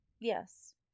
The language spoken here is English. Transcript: yes